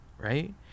right